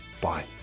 Bye